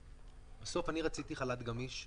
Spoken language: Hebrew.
בסוף רציתי חל"ת גמיש במלונות.